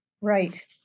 Right